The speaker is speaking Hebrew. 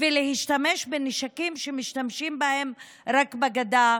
ולהשתמש בנשקים שמשתמשים בהם רק בגדה,